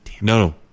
No